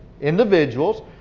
individuals